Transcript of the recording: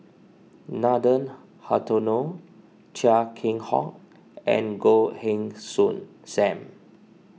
Nathan Hartono Chia Keng Hock and Goh Heng Soon Sam